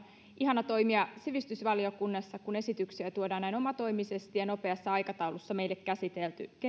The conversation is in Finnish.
ihana toimia sivistysvaliokunnassa kun esityksiä tuodaan näin omatoimisesti ja nopeassa aikataulussa meille